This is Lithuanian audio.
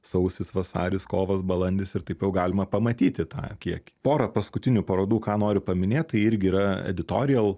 sausis vasaris kovas balandis ir taip jau galima pamatyti tą kiekį porą paskutinių parodų ką noriu paminėt tai irgi yra editorijal